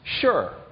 sure